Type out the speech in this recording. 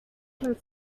can